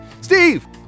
Steve